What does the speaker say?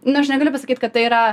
nu aš negaliu pasakyt kad tai yra